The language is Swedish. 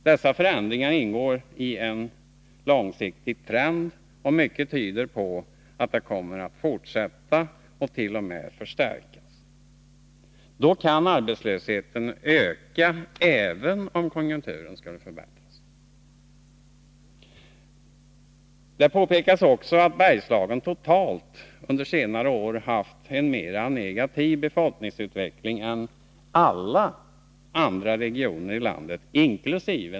Dessa förändringar ingår i en långsiktig trend, och mycket tyder på att den kommer att fortsätta och t.o.m. förstärkas. Då kan arbetslösheten öka även om konjunkturen skulle förbättras. Det påpekas också att Bergslagen totalt under senare år haft en mera negativ befolkningsutveckling än alla andra regioner i landet, inkl.